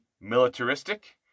militaristic